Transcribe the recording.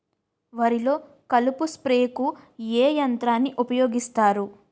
వరిలో కలుపు స్ప్రేకు ఏ యంత్రాన్ని ఊపాయోగిస్తారు?